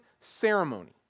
ceremony